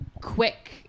quick